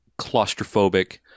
claustrophobic